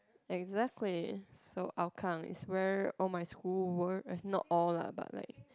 exactly so Hougang is where all my school were is not all ah but like